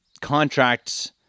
contracts